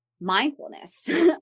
mindfulness